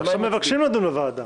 אבל עכשיו מבקשים לדון בוועדה.